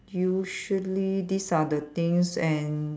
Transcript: usually these are the things and